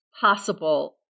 possible